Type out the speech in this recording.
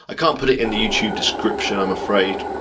i can't put it in the youtube description, i'm afraid,